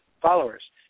followers